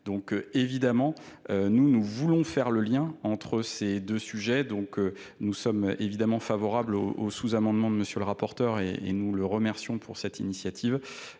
donc, évidemment, nous nous voulons faire le lien entre ces deux sujets. Ns sommes évidemment favorables au sous amendement de M. le rapporteur et nous le remercions pour cette initiative